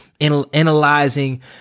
analyzing